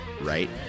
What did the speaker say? right